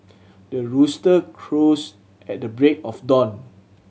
the rooster crows at the break of dawn